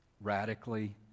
Radically